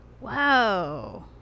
Wow